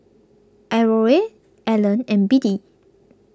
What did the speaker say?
Aurore Alan and Biddie